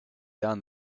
down